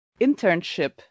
internship